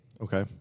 Okay